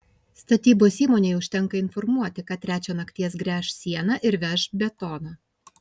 statybos įmonei užtenka informuoti kad trečią nakties gręš sieną ir veš betoną